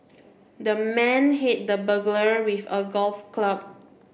the man hit the burglar with a golf club